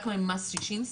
רק ממס שישינסקי?